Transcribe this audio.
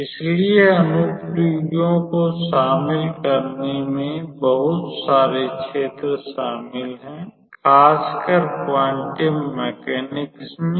इसलिए अनुप्रयोगों को शुरू करने में बहुत सारे क्षेत्र शामिल हैं खासकर क्वांटम यांत्रिकी में